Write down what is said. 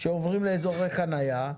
שעוברים לאזורי חניה,